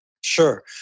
Sure